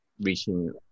reaching